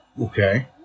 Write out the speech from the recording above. okay